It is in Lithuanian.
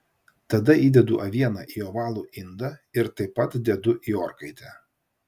tada įdedu avieną į ovalų indą ir taip pat dedu į orkaitę